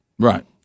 Right